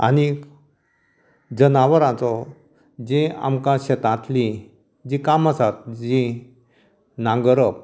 आनी जनावरांचो जें आमकां शेतांतलीं जीं कामां आसात जीं नांगरप